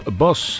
bas